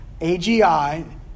AGI